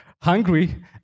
hungry